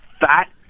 fat